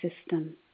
system